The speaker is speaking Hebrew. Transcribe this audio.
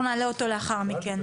אנחנו נעלה אותו לאחר מכן.